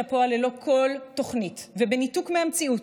הפועל ללא כל תוכנית ובניתוק מהמציאות.